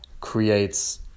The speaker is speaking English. creates